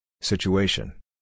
Situation